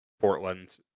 Portland